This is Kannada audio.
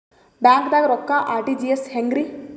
ಬ್ಯಾಂಕ್ದಾಗ ರೊಕ್ಕ ಆರ್.ಟಿ.ಜಿ.ಎಸ್ ಹೆಂಗ್ರಿ?